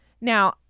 Now